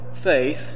Faith